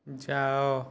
ଯାଅ